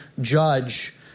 judge